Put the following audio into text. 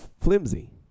flimsy